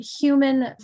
human